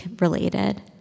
related